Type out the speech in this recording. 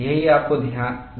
यही आपको देखना है